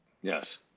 Yes